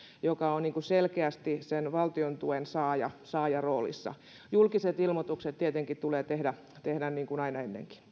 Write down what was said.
ja olla selkeästi sen valtiontuen saajan saajan roolissa julkiset ilmoitukset tietenkin tulee tehdä niin kuin aina ennenkin